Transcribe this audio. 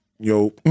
yo